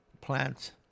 plants